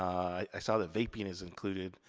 i saw that vaping is included.